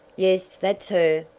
yes, that's her!